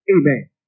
Amen